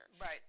Right